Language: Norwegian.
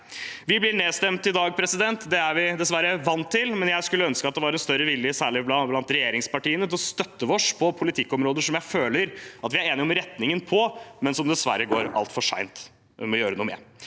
Vi blir nedstemt i dag. Det er vi dessverre vant til, men jeg skulle ønske at det var en større vilje, særlig blant regjeringspartiene, til å støtte oss på politikkområder som jeg føler at vi er enige om retningen på, men som det dessverre går altfor sent å gjøre noe med.